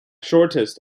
shortest